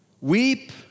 Weep